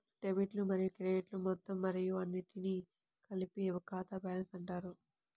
డెబిట్లు మరియు క్రెడిట్లు మొత్తం మరియు అన్నింటినీ కలిపి ఖాతా బ్యాలెన్స్ అంటారు